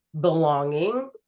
belonging